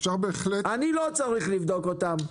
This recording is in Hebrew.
אפשר בהחלט --- אני לא צריך לבדוק אותם,